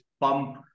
pump